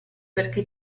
perché